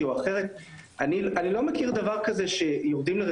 אנחנו רק צריכים לנסח את זה ולהגדיר את זה בצורה